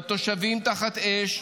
בתושבים תחת אש,